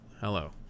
hello